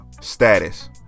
status